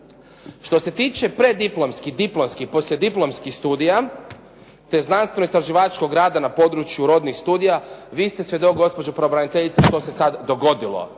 Što se tiče preddiplomskih, diplomskih i poslijediplomskih studija te znanstveno-istraživačkog rada na području rodnih studija, vi ste svjedok gospođo pravobraniteljice što se sad dogodilo